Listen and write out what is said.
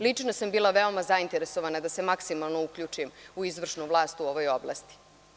Lično sam bila veoma zainteresovana da se maksimalno uključim u izvršnu vlast u ovoj oblasti.